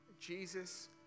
Jesus